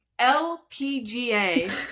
LPGA